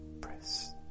press